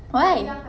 why